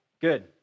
Good